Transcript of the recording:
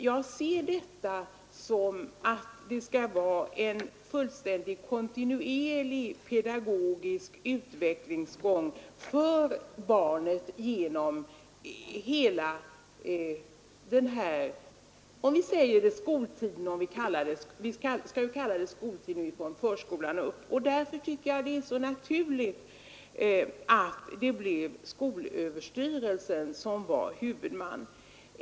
Jag uppfattar detta så att man strävar efter en fullständig, kontinuerlig pedagogisk utvecklingsgång för barnet genom hela skoltiden — ända från förskolan. Därför tycker jag att det vore naturligt om skolöverstyrelsen blev huvudman.